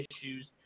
issues